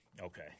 Okay